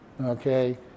Okay